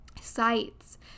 sites